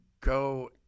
go